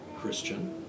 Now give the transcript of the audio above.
Christian